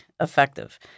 effective